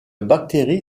bactérie